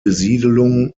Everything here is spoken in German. besiedelung